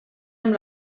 amb